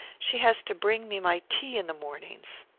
she has to bring me my tea in the mornings.